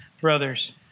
brothers